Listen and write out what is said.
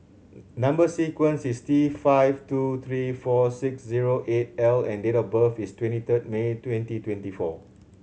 number sequence is T five two three four six zero eight L and date of birth is twenty third May twenty twenty four